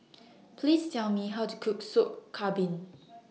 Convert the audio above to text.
Please Tell Me How to Cook Soup Kambing